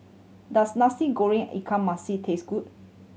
does Nasi Goreng ikan masin taste good